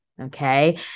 Okay